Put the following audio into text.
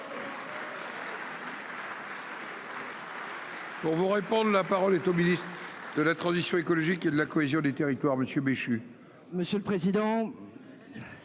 Pour vous répondre. La parole est au. De la. Transition écologique et de la cohésion des territoires monsieur Béchu. Monsieur le président.